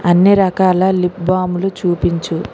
అన్ని రకాల లిప్ బాములు చూపించు